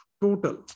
total